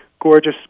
gorgeous